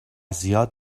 زیاد